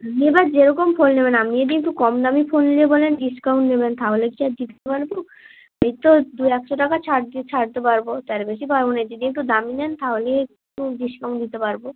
এবার যেরকম ফোন নেবেন আপনি যদি একটু কম দামী ফোন নিলে বলেন ডিসকাউন্ট দেবেন তাহলে কী আর ডিসকাউন্ট দেবো ওই তো দু একশো টাকা ছাড় দি ছাড়তে পারবো তার বেশি পারবো না এ যদি একটু দামী নেন তাহলে একটু ডিসকাউন্ট দিতে পারবো